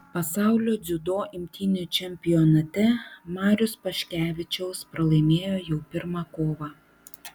pasaulio dziudo imtynių čempionate marius paškevičiaus pralaimėjo jau pirmą kovą